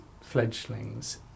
fledglings